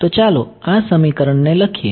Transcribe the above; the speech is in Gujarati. તો ચાલો આ સમીકરણ ને લખીએ